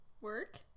Work